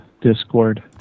Discord